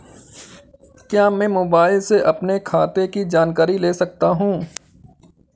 क्या मैं मोबाइल से अपने खाते की जानकारी ले सकता हूँ?